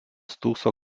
stūkso